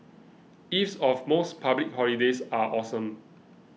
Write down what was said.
eves of most public holidays are awesome